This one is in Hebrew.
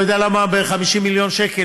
אני לא יודע למה ב-50 מיליון שקל.